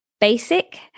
Basic